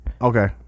Okay